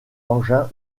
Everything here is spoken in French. engins